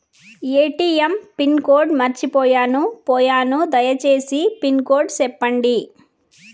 ATM pin code మర్చిపోయాను పోయాను దయసేసి పిన్ కోడ్ సెప్పండి?